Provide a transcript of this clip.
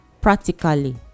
practically